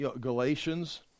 Galatians